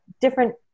different